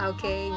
Okay